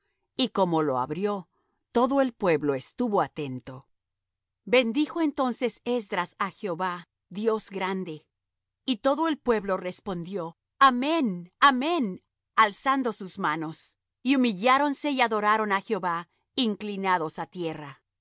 y como lo abrió todo el pueblo estuvo atento bendijo entonces esdras á jehová dios grande y todo el pueblo respondió amén amén alzando sus manos y humilláronse y adoraron á jehová inclinados á tierra